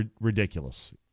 Ridiculous